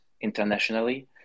internationally